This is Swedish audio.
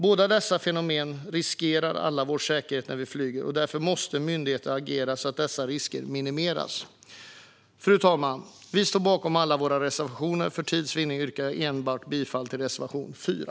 Båda dessa fenomen riskerar allas vår säkerhet när vi flyger, och myndigheterna måste agera så att dessa risker minimeras. Fru talman! Vi står bakom alla våra reservationer, men för tids vinnande yrkar jag bifall enbart till reservation 4.